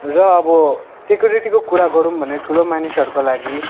र अब सेक्युरिटीको कुरा गरौँ भने ठुलो मानिसहरूको लागि